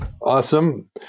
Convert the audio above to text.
Awesome